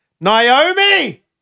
Naomi